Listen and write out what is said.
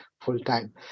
full-time